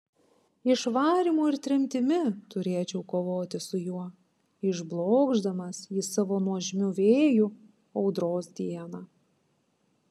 išvarymu ir tremtimi turėčiau kovoti su juo išblokšdamas jį savo nuožmiu vėju audros dieną